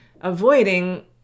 avoiding